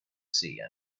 sea